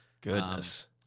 goodness